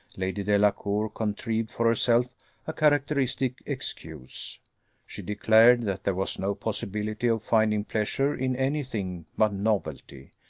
lady delacour contrived for herself a characteristic excuse she declared that there was no possibility of finding pleasure in any thing but novelty,